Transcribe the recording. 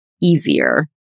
easier